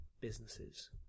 businesses